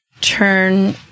turn